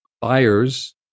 buyers